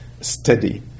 steady